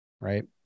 Right